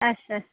अच्छा